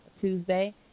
Tuesday